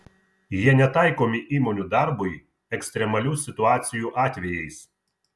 jie netaikomi įmonių darbui ekstremalių situacijų atvejais